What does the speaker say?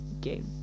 Game